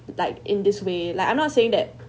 like in this way like I'm not saying that